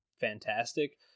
fantastic